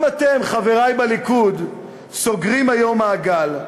גם אתם, חברי בליכוד, סוגרים היום מעגל.